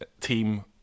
team